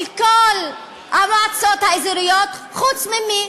של כל המועצות האזוריות, חוץ ממי?